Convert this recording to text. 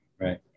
right